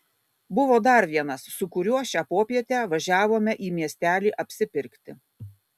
buvo dar vienas su kuriuo šią popietę važiavome į miestelį apsipirkti